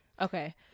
Okay